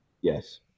Yes